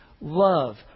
love